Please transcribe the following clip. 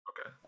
Okay